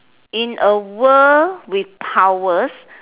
in a world with powers